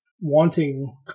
wanting